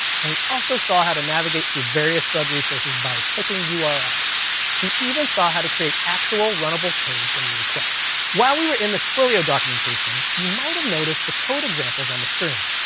and we also saw how to navigate through various sub resources by clicking uris. we even saw how to create actual runnable code from your request. while we were in the twilio documentation, you might have noticed the code examples on the screen.